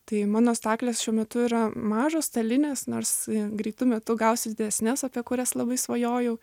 tai mano staklės šiuo metu yra mažos stalinės nors greitu metu gausiu didesnes apie kurias labai svajojau